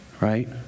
Right